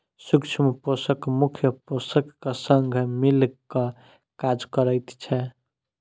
सूक्ष्म पोषक मुख्य पोषकक संग मिल क काज करैत छै